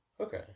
okay